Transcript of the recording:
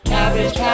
Cabbage